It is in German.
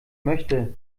möchte